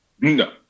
No